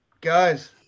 guys